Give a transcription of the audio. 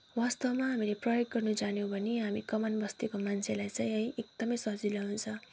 वास्तवमा हामीले प्रयोग गर्न जान्यौँ भने हामी कमान बस्तीको मान्छेलाई चाहिँ है एकदमै सजिलो हुन्छ